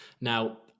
Now